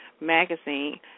Magazine